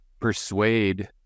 persuade